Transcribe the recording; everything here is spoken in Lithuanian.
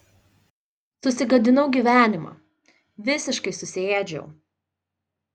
susigadinau gyvenimą visiškai susiėdžiau